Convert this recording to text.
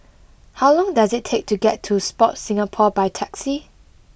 how long does it take to get to Sport Singapore by taxi